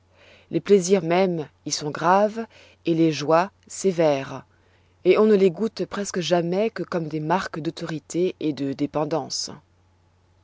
les plaisirs mêmes y sont graves et les joies sévères et on ne les goûte presque jamais que comme des marques d'autorité et de dépendance